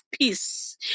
peace